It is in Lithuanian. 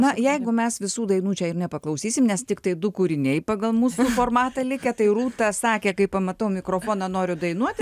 na jeigu mes visų dainų čia ir nepaklausysim nes tiktai du kūriniai pagal mūsų formatą likę tai rūta sakė kai pamatau mikrofoną noriu dainuoti